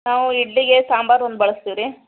ನಾವು ಇಡ್ಲಿಗೆ ಸಾಂಬಾರು ಒಂದು ಬಳ್ಸ್ತೀವಿ ರೀ